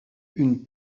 une